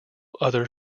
other